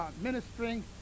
ministering